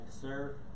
sir